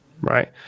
Right